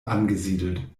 angesiedelt